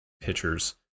pitchers